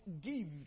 give